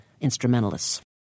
instrumentalists